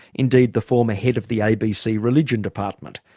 indeed the former head of the abc religion department,